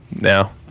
now